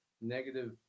negative